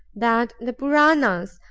that the puranas,